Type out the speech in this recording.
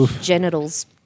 genitals